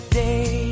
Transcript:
day